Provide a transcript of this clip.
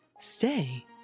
Stay